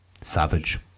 savage